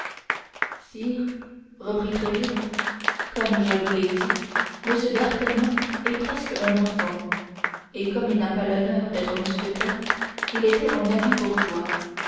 sire reprit tréville comme je vous l'ai dit m d'artagnan est presque un enfant et comme il n'a pas l'honneur d'être mousquetaire il était en habit bourgeois